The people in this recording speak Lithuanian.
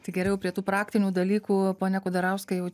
tai gerai o prie tų praktinių dalykų pone kudarauskai jau